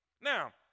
Now